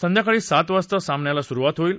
संध्याकाळी सात वाजता सामन्याला सुरुवात होईल